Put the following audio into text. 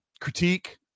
critique